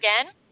again